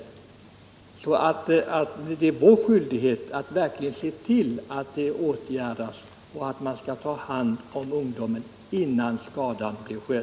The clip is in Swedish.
Det är alltså vår skyldighet att verkligen se till att saken åtgärdas, innan skadan är skedd för ungdomarnas del.